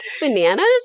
bananas